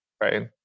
Right